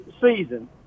season